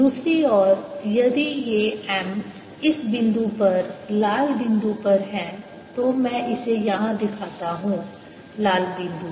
दूसरी ओर यदि ये M इस बिंदु पर लाल बिंदु पर हैं तो मैं इसे यहाँ दिखाता हूँ लाल बिंदु